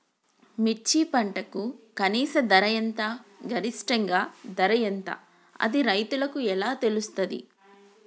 మిర్చి పంటకు కనీస ధర ఎంత గరిష్టంగా ధర ఎంత అది రైతులకు ఎలా తెలుస్తది?